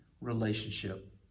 relationship